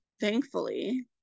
thankfully